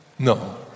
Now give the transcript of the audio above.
No